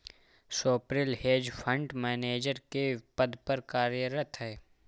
Swapnil hedge fund manager के पद पर कार्यरत है